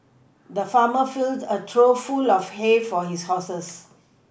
the farmer filled a trough full of hay for his horses